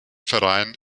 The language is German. verein